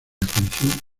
atención